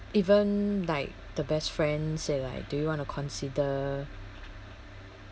even like the best friend say like do you want to consider